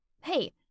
Hey